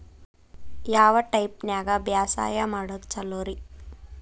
ಯಾವ ಟೈಪ್ ನ್ಯಾಗ ಬ್ಯಾಸಾಯಾ ಮಾಡೊದ್ ಛಲೋರಿ?